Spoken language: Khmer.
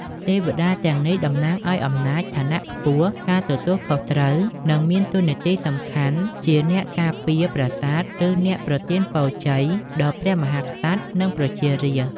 ទេវតាទាំងនេះតំណាងឲ្យអំណាច ឋានៈខ្ពស់ ការទទួលខុសត្រូវ និងមានតួនាទីសំខាន់ជាអ្នកការពារប្រាសាទ ឬ អ្នកប្រទានពរជ័យ ដល់ព្រះមហាក្សត្រ និងប្រជារាស្ត្រ។